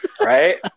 Right